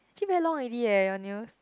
actually very long already eh your nails